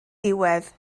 diwedd